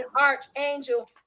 Archangel